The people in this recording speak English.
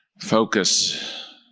focus